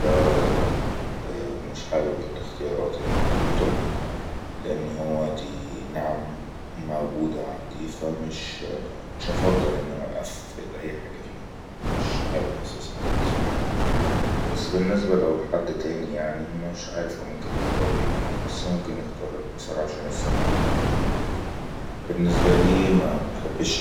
ولا دا ولا دا وومش حابب الاختيار ات لان هو دي نعم موجوه عندي فامش-مش هفضل اني أفئد اي حاجه فيهم مش حابب اساسن السؤال ده بس بالنسبه لو لحد تاني يعني فمش عارف هو ممكن يختار ايه ممكن يختار البصر عشان السمع هيبئا اقوي بنسبالي مبحبش